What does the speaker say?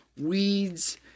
weeds